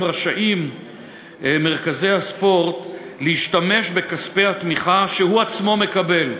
רשאים מרכזי הספורט להשתמש בכספי התמיכה שהם עצמם מקבלים.